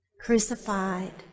crucified